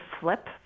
flip